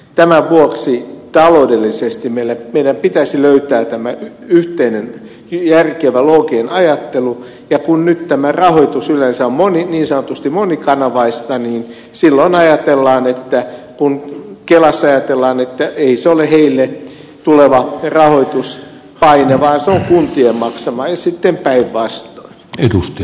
tämän vuoksi taloudellisesti meidän pitäisi löytää yhteinen järkevä looginen ajattelu ja kun nyt tämä rahoitus yleensä on niin sanotusti monikanavaista niin silloin kelassa ajatellaan että ei se ole heille tuleva rahoituspaine vaan se on kuntien maksama ja sitten päinvastoin